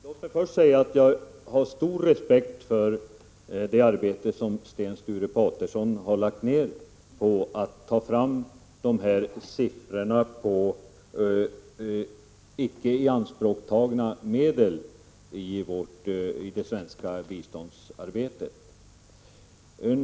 Herr talman! Låt mig först säga att jag har stor respekt för det arbete som Sten Sture Paterson har lagt ned på att ta fram dessa uppgifter på icke ianspråkstagna medel av det svenska biståndet.